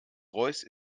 royce